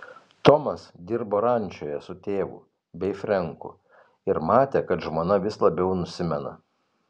tomas dirbo rančoje su tėvu bei frenku ir matė kad žmona vis labiau nusimena